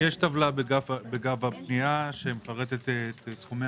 יש טבלה בגב הפנייה שמפרטת את יישומי